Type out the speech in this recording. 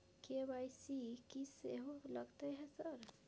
KYC की सेहो लगतै है सर?